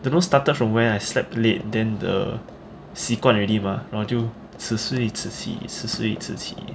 don't know started from when I slept late then the 习惯 already mah 然后就迟睡迟起迟睡迟起